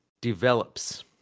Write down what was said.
develops